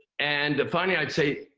and finally i'd say,